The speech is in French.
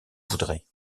voudrait